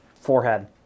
forehead